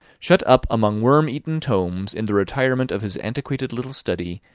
shut up among worm-eaten tomes in the retirement of his antiquated little study,